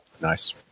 Nice